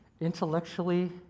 Intellectually